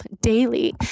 daily